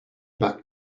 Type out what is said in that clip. back